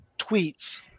tweets